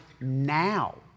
now